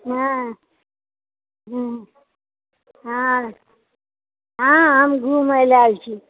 हे हूँ हाँ हम घुमए लए आएल छी